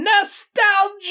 Nostalgia